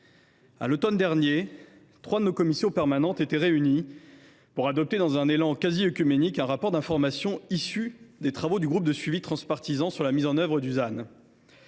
à l’automne dernier, trois de nos commissions permanentes étaient réunies pour adopter, dans un élan quasi œcuménique, le rapport d’information issu des travaux du groupe de suivi transpartisan sur la mise en œuvre du ZAN.